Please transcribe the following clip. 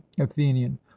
athenian